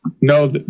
No